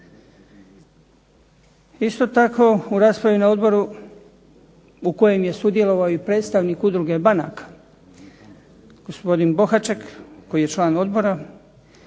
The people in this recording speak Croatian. Isto tako, u raspravi na odboru u kojem je sudjelovao i predstavnik udruge banaka gospodin Bohaček koji je član odbora,